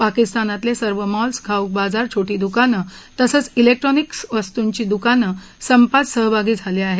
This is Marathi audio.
पाकिस्तानातले सर्व मॉल्स घाऊक बाजार छोटी दुकाने तसंच इलेक्ट्रॉनिक्स वस्तृंची दुकाने संपात सहभागी झाली आहेत